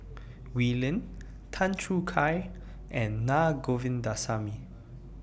Wee Lin Tan Choo Kai and Naa Govindasamy